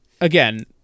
Again